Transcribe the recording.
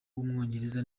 w’umwongereza